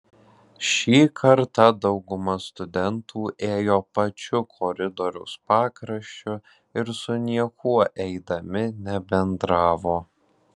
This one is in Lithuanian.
šį kartą dauguma studentų ėjo pačiu koridoriaus pakraščiu ir su niekuo eidami nebendravo